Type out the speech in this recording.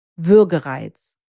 Würgereiz